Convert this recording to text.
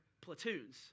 platoons